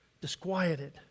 disquieted